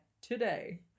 today